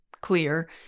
clear